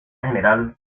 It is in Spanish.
general